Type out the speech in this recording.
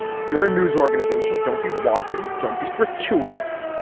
if you're a news organization don't be wanton. don't be gratuitous.